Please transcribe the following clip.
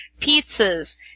pizzas